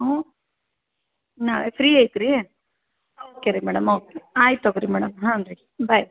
ಹ್ಞೂ ನಾ ಫ್ರೀ ಐತ್ರಿ ಓಕೆ ರಿ ಮೇಡಮ್ ಓಕೆ ಆಯ್ತು ತೊಗೋರಿ ಮೇಡಮ್ ಹಾಂನ್ರೀ ಬಾಯ್